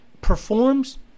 performs